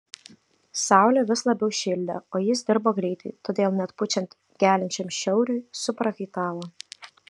saulė vis labiau šildė o jis dirbo greitai todėl net pučiant geliančiam šiauriui suprakaitavo